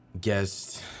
guest